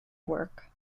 work